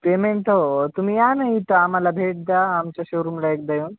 payment तर तुम्ही याना इथं आम्हाला भेट द्या आमच्या शोरूमला एकदा येऊन